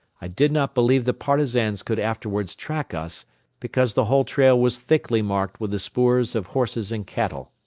i did not believe the partisans could afterwards track us because the whole trail was thickly marked with the spoors of horses and cattle.